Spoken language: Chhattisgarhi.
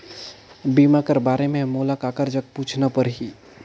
बीमा कर बारे मे मोला ककर जग पूछना परही?